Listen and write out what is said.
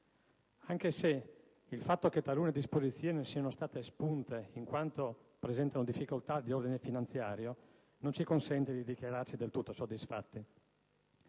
Anche se il fatto che talune disposizioni siano state espunte in quanto presentano difficoltà di ordine finanziario, non ci consente di dichiararci del tutto soddisfatti,